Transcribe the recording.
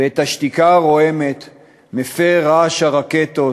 ואת השתיקה הרועמת מפרים רעש הרקטות